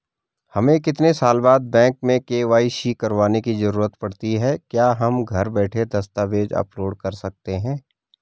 हमें कितने साल बाद बैंक में के.वाई.सी करवाने की जरूरत पड़ती है क्या हम घर बैठे दस्तावेज़ अपलोड कर सकते हैं?